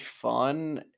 fun